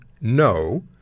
no